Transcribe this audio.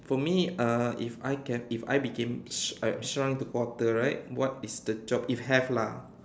for me uh if I can if I became sh~ shrunk into quarter right what is the job if have lah